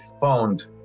found